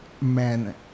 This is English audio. man